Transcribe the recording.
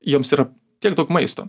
joms yra tiek daug maisto